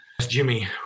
Jimmy